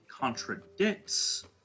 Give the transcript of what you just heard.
contradicts